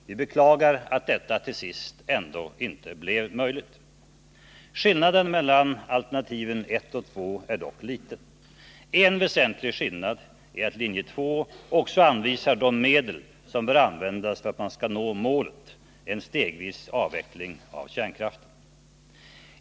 Vi beklagar att detta till sist ändå inte blev möjligt. Skillnaden mellan alternativen 1 och 2 är dock liten. En väsentlig skillnad är att linje 2 också anvisar de medel som bör användas för att man skall nå målet, en stegvis avveckling av kärnkraften.